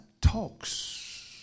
talks